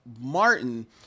Martin